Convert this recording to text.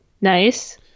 Nice